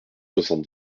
soixante